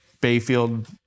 Bayfield